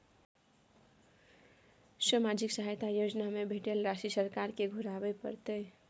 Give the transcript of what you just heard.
सामाजिक सहायता योजना में भेटल राशि सरकार के घुराबै परतै?